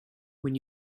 when